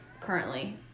currently